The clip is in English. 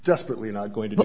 desperately not going to